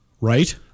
Right